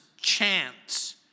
chance